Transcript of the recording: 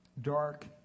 dark